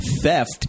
theft